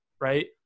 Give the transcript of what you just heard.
right